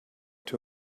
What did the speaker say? two